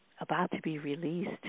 about-to-be-released